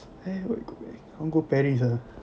where I want to go Paris ah